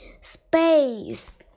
space